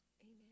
amen